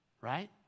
right